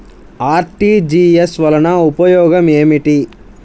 RTGS వలన ఉపయోగం ఏమిటీ?